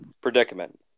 predicament